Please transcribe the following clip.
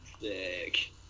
Sick